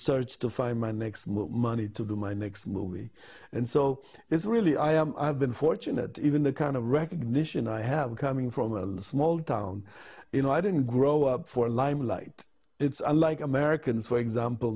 search to find my next move money to my next movie and so it's really i am i've been fortunate even the kind of recognition i have coming from a small town you know i didn't grow up for limelight it's unlike americans for example